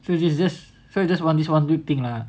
so it's just so it's just one this one weird thing lah